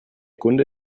kunde